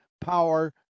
power